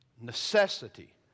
necessity